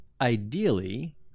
ideally